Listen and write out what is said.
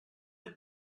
have